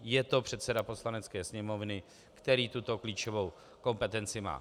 Je to předseda Poslanecké sněmovny, který tuto klíčovou kompetenci má.